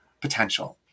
potential